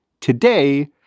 today